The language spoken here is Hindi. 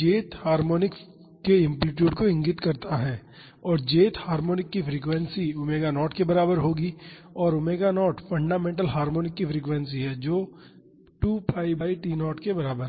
jth हार्मोनिक्स के एम्पलीटुडस को इंगित करता है और jth हार्मोनिक की फ्रीक्वेंसी ⍵0 के बराबर होगी और ⍵0 फंडामेंटल हार्मोनिक की फ्रीक्वेंसी है जो 2 pi बाई T0 के बराबर है